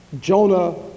Jonah